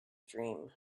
dream